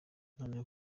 noneho